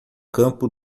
campo